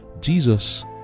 Jesus